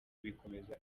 bikomeza